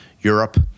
Europe